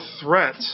threat